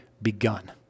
begun